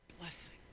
Blessing